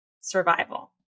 survival